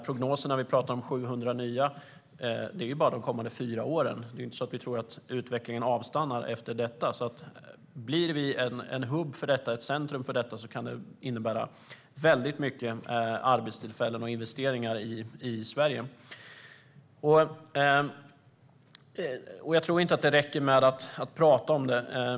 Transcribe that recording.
Prognosen om 700 nya gäller bara de kommande fyra åren, och utvecklingen lär inte avstanna efter det. Blir vi en hubb, ett centrum, kan det innebära väldigt mycket arbetstillfällen och investeringar i Sverige. Jag tror inte att det räcker med att prata.